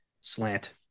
slant